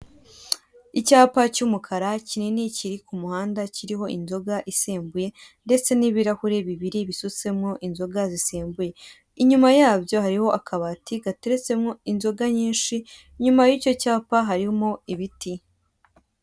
Icyapa cy'umukara kinini kiri ku muhanda kiriho inzoga isembuye ndetse n'ibirahure bibiri bisutsemo inzoga zisembuye, inyuma yabyo hariho akabati gateretsemo inzoga nyinshi, inyuma y'icyo cyapa harimo ibiti.